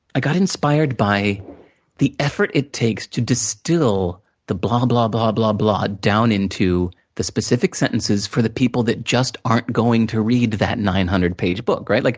i got inspired by the effort it takes to distill the blah, blah, blah, blah blah, down into the specific sentences for the people that just aren't going to read that nine hundred page book, right? like